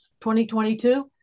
2022